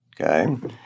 Okay